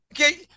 okay